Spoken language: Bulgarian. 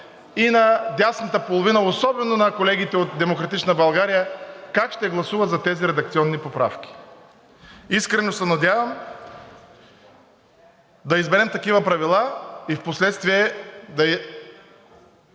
и на дясната половина, особено на колегите от „Демократична България“ как ще гласува за тези редакционни поправки. Искрено се надявам да изберем такива правила и впоследствие да